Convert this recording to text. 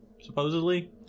supposedly